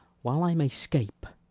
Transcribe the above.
while i may scape,